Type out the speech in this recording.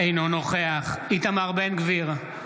אינו נוכח איתמר בן גביר,